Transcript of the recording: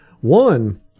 one